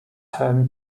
home